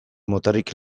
motarik